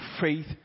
faith